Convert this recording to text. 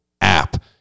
app